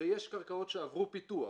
ויש קרקעות שעברו פיתוח